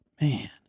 Man